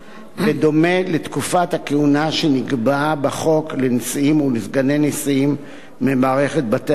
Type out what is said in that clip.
בדומה לתקופות הכהונה שנקבעו לנשיאים ולסגני נשיאים במערכת בתי-המשפט.